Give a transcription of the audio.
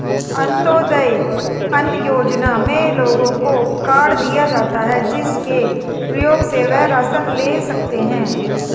अंत्योदय अन्न योजना में लोगों को कार्ड दिए जाता है, जिसके प्रयोग से वह राशन ले सकते है